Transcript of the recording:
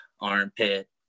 armpit